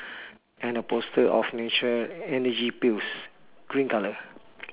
and a poster of natural energy pills green colour